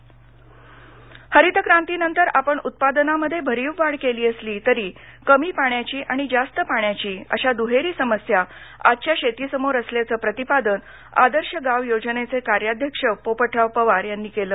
राहरी हरितक्रांतीनंतर आपण उत्पादनामध्ये भरीव वाढ केली असली तरी कमी पाण्याची आणि जास्त पाण्याची अशा दुहेरी समस्या आजच्या शेतीसमोर असल्याचं प्रतिपादन आदर्शं गाव योजनेचे कार्याध्यक्ष पोपटराव पवार यांनी केलं